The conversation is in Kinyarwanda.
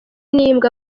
n’imbwa